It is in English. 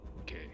Okay